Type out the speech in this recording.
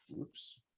oops